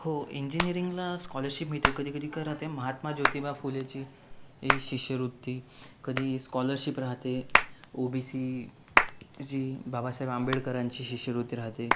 हो इंजिनीरिंगला स्कॉलरशिप मिळते कधी कधी काय राहते महात्मा ज्योतिबा फुलेची शिष्यवृत्ती कधी स्कॉलरशिप राहते ओ बी सी जी बाबासाहेब आंबेडकरांची शिष्यवृत्ती राहते